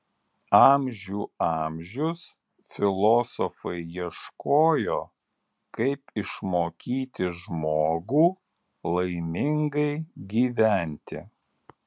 amžių amžius filosofai ieškojo kaip išmokyti žmogų laimingai gyventi